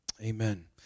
Amen